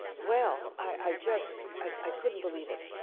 well, i just, i couldn't believe it.